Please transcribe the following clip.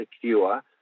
secure